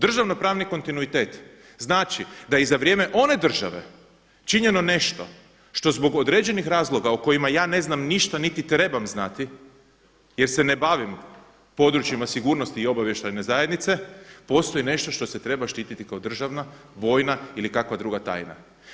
Državnopravni kontinuitet znači da i za vrijeme one države činjeno nešto što zbog određenih razloga o kojima ja ne znam ništa niti trebam znati, jer se ne bavim područjima sigurnosti i obavještajne zajednice, postoji nešto što se treba štititi kao državna, vojna ili kakva druga tajna.